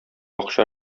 акча